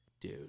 Dude